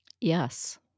Yes